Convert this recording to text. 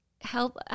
help